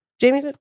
Jamie